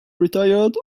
retired